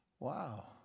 Wow